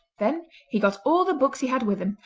then he got all the books he had with him,